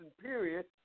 period